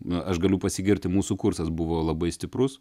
na aš galiu pasigirti mūsų kursas buvo labai stiprus